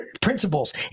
principles